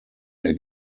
der